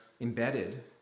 embedded